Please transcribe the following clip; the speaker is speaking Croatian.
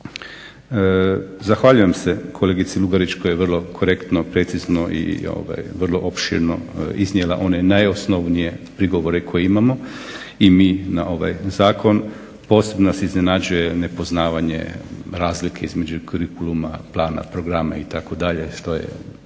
Zahvaljujem se kolegici Lugarić koja je vrlo korektno i precizno i opširno iznijela one najosnovnije prigovore koje imamo i mi na ovaj zakon posebno nas iznenađuje nepoznavanje razlike između kurikuluma, plana programa itd., što je